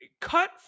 cut